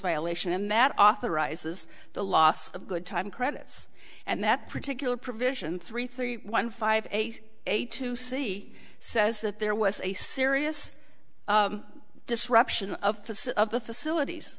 violation amat authorizes the loss of good time credits and that particular provision three three one five eight eight to see says that there was a serious disruption of facade of the facilities